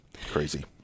crazy